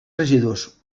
residus